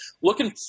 looking